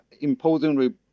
imposing